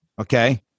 Okay